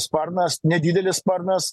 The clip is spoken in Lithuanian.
sparnas nedidelis sparnas